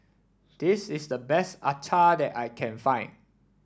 this is the best Acar that I can find